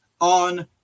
on